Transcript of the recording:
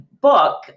book